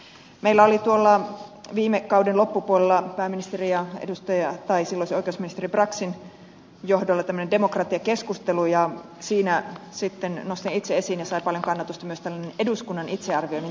meillä oli tuolla viime kauden loppupuolella pääministerin ja silloisen oikeusministeri braxin johdolla tämmöinen demokratiakeskustelu ja siinä sitten nostin itse esiin ja se sai paljon kannatusta myös tällaisen eduskunnan itsearvioinnin tekemisen